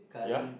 ya